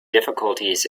difficulties